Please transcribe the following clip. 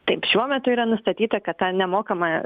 taip šiuo metu yra nustatyta kad tą nemokamą